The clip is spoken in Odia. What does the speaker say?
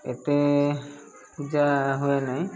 ଏତେ ଯା ହୁଏ ନାହିଁ